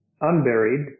unburied